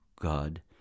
God